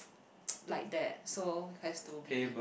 like that so has to be